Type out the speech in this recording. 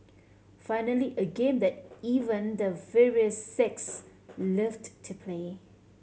finally a game that even the fairer sex loved to play